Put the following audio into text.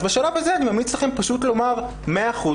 אז בשלב הזה אני ממליץ לכם פשוט לומר: 100%,